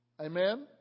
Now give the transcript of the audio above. Amen